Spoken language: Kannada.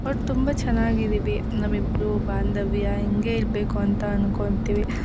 ಒಟ್ಟು ತುಂಬ ಚೆನ್ನಾಗಿದ್ದೀವಿ ನಮ್ಮಿಬ್ರ ಬಾಂಧವ್ಯ ಹಿಂಗೇ ಇರ್ಬೇಕು ಅಂತ ಅಂದ್ಕೋತೀವಿ